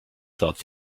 thought